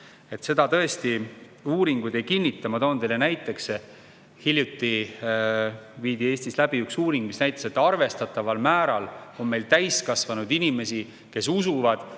Seda tõesti uuringud ei kinnita. Ma toon teile näite. Hiljuti viidi Eestis läbi üks uuring, mis näitas, et meil on arvestataval määral täiskasvanud inimesi, kes usuvad,